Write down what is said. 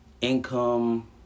income